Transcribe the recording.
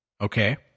Okay